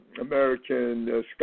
American